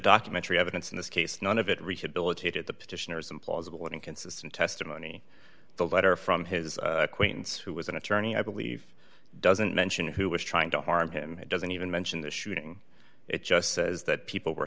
documentary evidence in this case none of it reachability to the petitioners implausible inconsistent testimony the letter from his acquaintance who was an attorney i believe doesn't mention who was trying to harm him he doesn't even mention the shooting it just says that people were